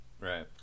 Right